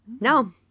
No